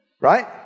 Right